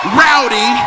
rowdy